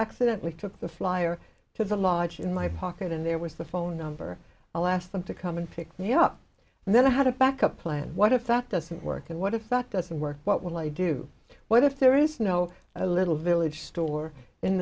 accidently took the flyer to the lodge in my pocket and there was the phone number i'll ask them to come and pick me up and then i had a backup plan what if that doesn't work and what effect doesn't work what will i do what if there is no a little village store in